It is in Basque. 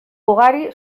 ugari